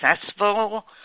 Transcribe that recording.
successful